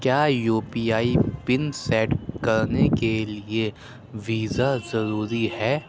کیا U P I pin set کرنے کے لیے ویزا ضرورری ہے